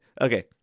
Okay